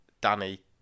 Danny